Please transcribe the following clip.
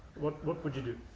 what what would you do?